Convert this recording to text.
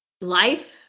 life